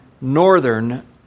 northern